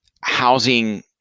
housing